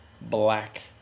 black